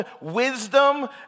wisdom